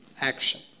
action